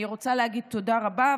אני רוצה להגיד תודה רבה,